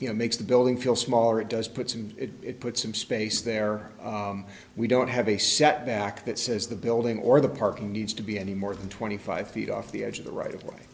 you know makes the building feel smaller it does put some it put some space there we don't have a set back that says the building or the parking needs to be any more than twenty five feet off the edge of the right of way